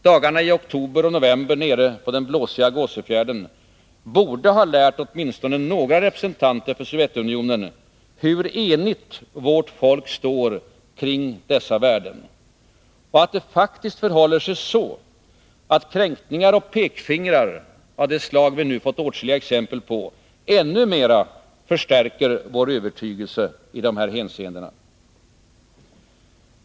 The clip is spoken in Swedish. Dagarna i oktober och november nere på den blåsiga Gåsöfjärden borde ha lärt åtminstone några representanter för Sovjetunionen hur enigt vårt folk står kring dessa värden och att det faktiskt förhåller sig så, att kränkningar och pekfingrar av det slag vi nu fått åtskilliga exempel på ännu mer förstärker vår övertygelse i dessa hänseenden.